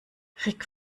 rick